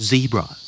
Zebra